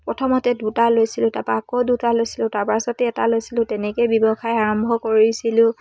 প্ৰথমতে দুটা লৈছিলোঁ তাৰপৰা আকৌ দুটা লৈছিলোঁ তাৰপাছতে এটা লৈছিলোঁ তেনেকৈয়ে ব্যৱসায় আৰম্ভ কৰিছিলোঁ